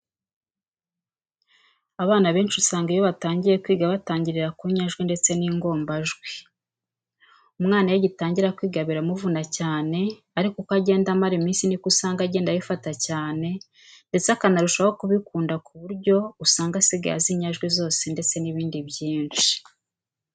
Abana benshi usanga iyo batangiye kwiga batangirira ku nyajwi ndetse n'ingombajwi. Umwana iyo agitangira kwiga biramuvuna cyane ariko uko agenda amara iminsi niko usanga agenda abifata cyane, ndetse akanarushaho kubikunda ku buryo buryo usanga asigaye azi inyajwi zose ndetse n'ibindi byinshi.